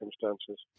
circumstances